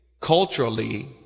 culturally